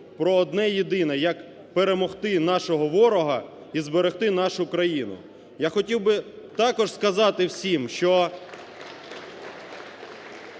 про одне-єдине, як перемогти нашого ворога і зберегти нашу країну. Я хотів би також сказати всім, що